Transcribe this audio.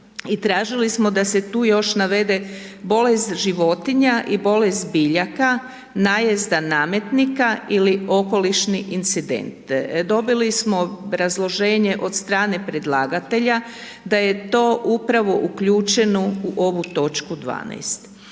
tražili smo da se tu još navede bolest životinja i bolest biljaka, najezda nametnika ili okolišni incident. Dobili smo obrazloženje od strane predlagatelja da je to upravo uključeno u ovo toč. 12.